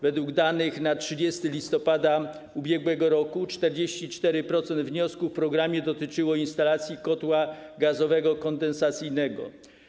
Według danych na 30 listopada ub.r. 44% wniosków w programie dotyczyło instalacji kotła gazowego kondensacyjnego.